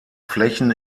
flächen